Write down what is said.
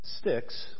Sticks